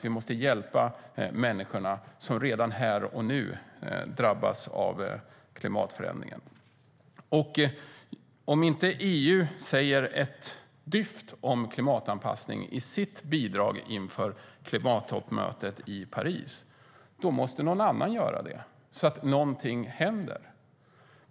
Vi måste hjälpa de människor som redan drabbas av klimatförändringen här och nu. Om inte EU säger ett dyft om klimatanpassning i sitt bidrag inför klimattoppmötet i Paris måste någon annan göra det, så att någonting händer.